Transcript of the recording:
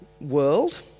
world